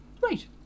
Right